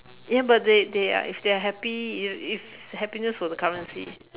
ya but they they are if they are happy you know if happiness was a currency